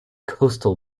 coastal